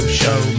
show